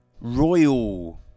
royal